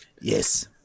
Yes